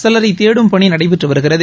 சிலரை தேடும் பணி நடைபெற்று வருகிறது